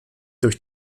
durch